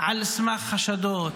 על סמך חשדות,